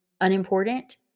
unimportant